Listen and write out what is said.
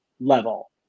level